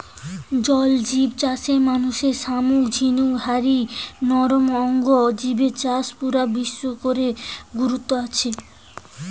জল জিব চাষের মধ্যে শামুক ঝিনুক হারি নরম অং জিবের চাষ পুরা বিশ্ব রে গুরুত্ব আছে